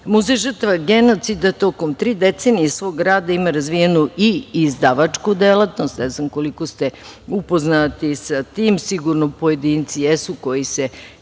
žrtava genocida tokom tri decenije svoga rada ima razvijenu i izdavačku delatnost, ne znam koliko ste upoznati sa tim, sigurno pojedinci jesu koji se